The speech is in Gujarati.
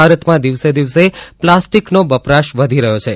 ભારતમાં દિવસે દિવસે પ્લાસ્ટીકનો વપરાશ વધી રહ્યો છે